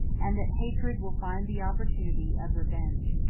and that hatred will find the opportunity of revenge.